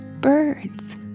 birds